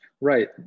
Right